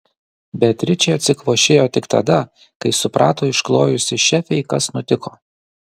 beatričė atsikvošėjo tik tada kai suprato išklojusi šefei kas nutiko